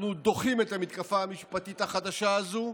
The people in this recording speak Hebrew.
אנחנו דוחים את המתקפה המשפטית החדשה הזו,